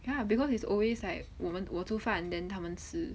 ya because he's always like 我们我煮饭 then 他们吃